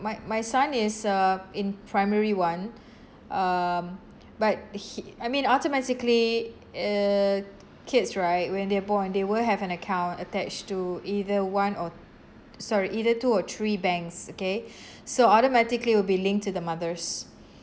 my my son is uh in primary one um but he I mean automatically uh kids right when they're born they will have an account attached to either one or sorry either two or three banks okay so automatically will be linked to the mother's